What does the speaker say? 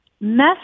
mess